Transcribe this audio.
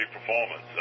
performance